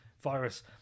virus